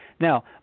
Now